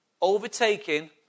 overtaking